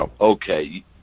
Okay